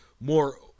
more